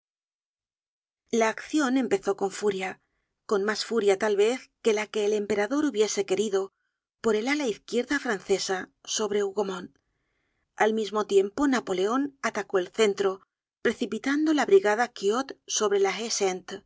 la accion empezó con furia con mas furia tal vez que la que el emperador hubiese querido por el ala izquierda francesa sobre hougomont al mismo tiempo napoleon atacó el centro precipitando la brigada quiot sobre la